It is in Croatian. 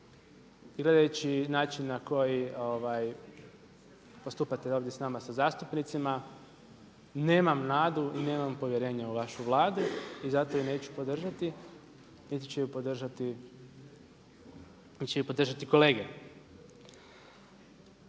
gledajući način na koji postupate ovdje sa nama sa zastupnicima nemam nadu i nemam povjerenje u vašu Vladu i zato je neću podržati, niti će je podržati kolege.